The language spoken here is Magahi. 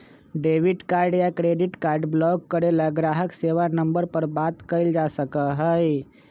डेबिट कार्ड या क्रेडिट कार्ड ब्लॉक करे ला ग्राहक सेवा नंबर पर बात कइल जा सका हई